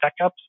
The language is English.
checkups